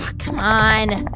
come on.